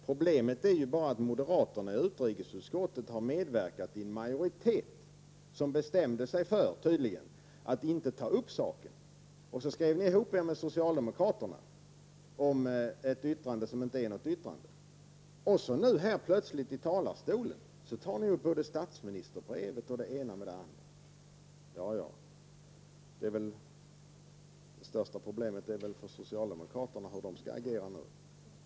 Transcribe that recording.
Problemet är ju bara att moderaterna i utrikesutskottet har medverkat till en majoritet som bestämt sig för att inte ta upp saken. Så skrev ni ihop er med socialdemokraterna om ett yttrande som inte är något yttrande. Nu här plötsligt i talarstolen tar ni upp statsministerbrevet och det ena med det andra. Det största problemet är väl hur socialdemokraterna skall agera nu.